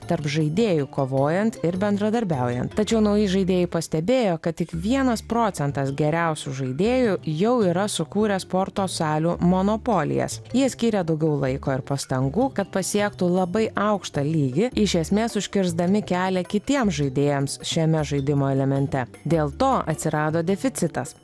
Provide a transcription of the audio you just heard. tarp žaidėjų kovojant ir bendradarbiaujant tačiau nauji žaidėjai pastebėjo kad tik vienas procentas geriausių žaidėjų jau yra sukūrę sporto salių monopolijas jie skyrė daugiau laiko ir pastangų kad pasiektų labai aukštą lygį iš esmės užkirsdami kelią kitiems žaidėjams šiame žaidimo elemente dėl to atsirado deficitas